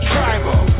Tribal